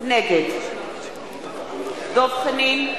נגד דב חנין,